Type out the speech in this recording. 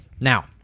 Now